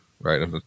right